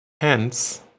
Hence